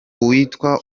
uwitwa